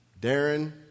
Darren